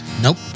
Nope